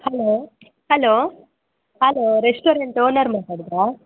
hello hello hello restaurant owner ಮಾತಾಡುವುದಾ